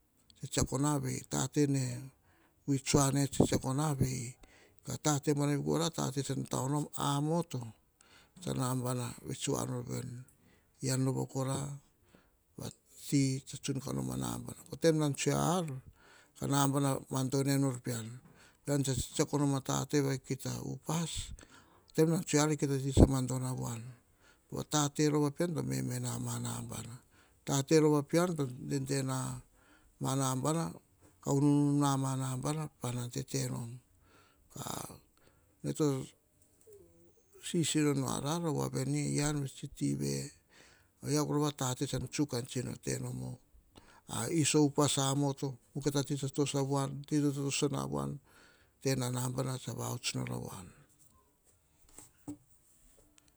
Tsetsako na vei, tate ne vui tsuane tsetsako na vei. Tate buanavi kora, tate tsan tatao nom. Ainoto tsa nabana vets voa nor veni. Ean rova kora tsa tsun amoto ka nom a nabana. Po taim non tsoe ar. Ka nabana mado no er pean-pean tsa tsetsko a tate va kita upas. Taim nan tsoe ar kita ti tsa madono a voan. Po va tate rova pean, to meme nama ana bana, tate rova pean, to dede nama a nabana ka ununu nama a'nabana pa ar nan tete nom. Ka ene to sisino nu ora, voa veni ean ve tsi ve, ayia rova a tate tsan tsuk, kan tsino tenom a iso upas amoto, kita ti tsa toso avoan. Ti tsa totoso na vaan.